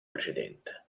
precedente